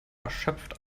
erschöpft